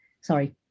Sorry